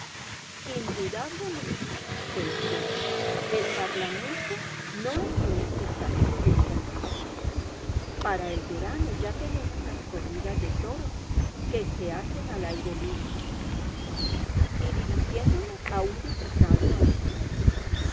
mal indudablemente pensé el parlamento no es un espectáculo de verano para el verano ya tenemos las corridas de toros que se hacen al aire libre y dirigiéndome a un diputado amigo